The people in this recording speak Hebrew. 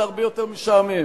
זה הרבה יותר משעמם,